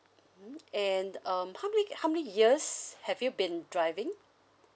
mm and um how many how many years have you been driving